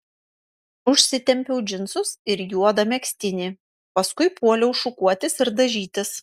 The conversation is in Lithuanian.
užsitempiau džinsus ir juodą megztinį paskui puoliau šukuotis ir dažytis